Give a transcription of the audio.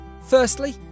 Firstly